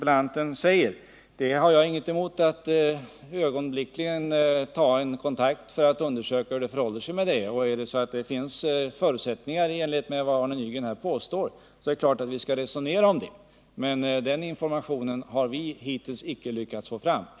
Jag har ingenting emot att omedelbart ta kontakt för att undersöka hur det förhåller sig med den saken. Om det i enlighet med vad Arne Nygren här påstår finns förutsättningar för en ändring, är det klart att vi skall resonera om saken. Någon sådan information har vi hittills emellertid inte lyckats få fram.